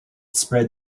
spread